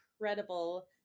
incredible